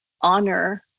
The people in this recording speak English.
honor